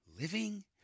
living